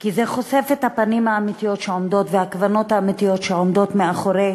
כי זה חושף את הפנים האמיתיות והכוונות האמיתיות שעומדות מאחורי